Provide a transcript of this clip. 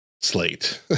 slate